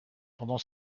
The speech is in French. pendant